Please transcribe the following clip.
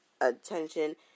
attention